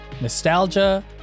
Nostalgia